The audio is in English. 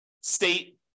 state